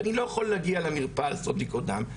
ואני לא יכול להגיע למרפאה לעשות בדיקות דם,